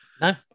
No